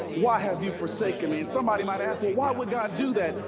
why have you forsaken me and somebody might ask? well? why would god do that?